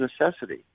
necessity